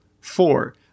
Four